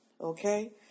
okay